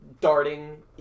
darting